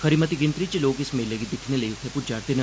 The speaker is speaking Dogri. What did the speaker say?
खरी मती गिनतरी च लोक इस मेले गी दिक्खने लेई उत्थें पुज्जा'रदे न